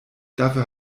dafür